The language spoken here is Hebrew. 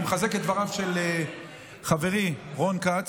אני מחזק את דבריו של חברי רון כץ,